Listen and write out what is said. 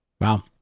Wow